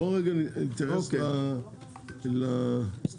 בואו רגע נתייחס להסתייגויות.